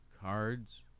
cards